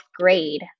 grade